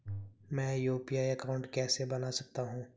मैं UPI account कैसे बना सकता हूं?